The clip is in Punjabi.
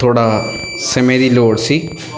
ਥੋੜ੍ਹਾ ਸਮੇਂ ਦੀ ਲੋੜ ਸੀ